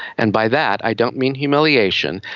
and by that i don't mean humiliation,